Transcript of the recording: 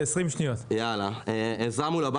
הבנקים מקשים עלינו ולא מאפשרים לקבל השקעות מחו"ל.